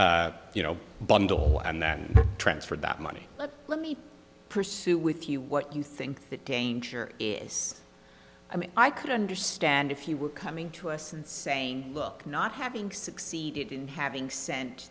you know bundle and then transferred that money let me pursue with you what you think that danger is i mean i could understand if you were coming to us and saying look not having succeeded in having sent